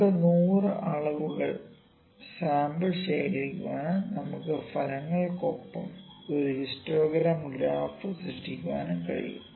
നമുക്കു 100 അളവുകൾ സാമ്പിളുകൾ ശേഖരിക്കാനും നമ്മുടെ ഫലങ്ങൾക്കൊപ്പം ഒരു ഹിസ്റ്റോഗ്രാം ഗ്രാഫ് സൃഷ്ടിക്കാനും കഴിയും